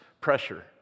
pressure